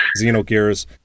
Xenogears